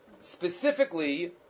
specifically